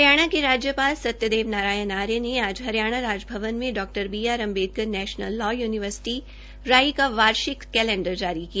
हरियाणा के राज्यपाल सत्यदेव नारायण आर्य ने आज हरियाणा राजभवन में Dr B R Ambedkar national law university Rai का वार्षिक कैलेंडर जारी किया